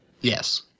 Yes